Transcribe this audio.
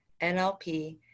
nlp